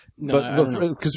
No